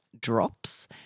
drops